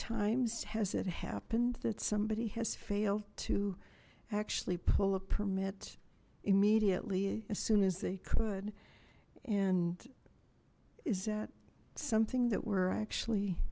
times has it happened that somebody has failed to actually pull a permit immediately as soon as they could and is that something that we're actually